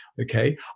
Okay